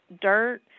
dirt